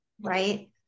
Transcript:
right